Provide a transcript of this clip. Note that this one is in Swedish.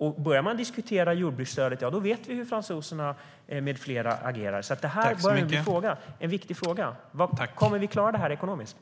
Om man börjar diskutera jordbruksstödet vet vi hur fransoserna med flera agerar. Detta är därför en viktig fråga: Kommer vi att klara det ekonomiskt?